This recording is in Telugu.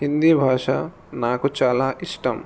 హిందీ భాష నాకు చాలా ఇష్టం